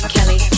Kelly